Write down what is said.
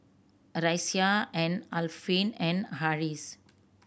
Raisya and Alfian and Harris